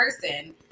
person